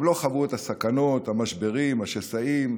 הם לא חוו את הסכנות, המשברים, השסעים,